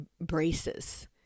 braces